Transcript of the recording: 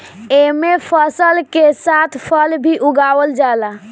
एमे फसल के साथ फल भी उगावल जाला